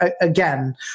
again